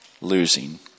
losing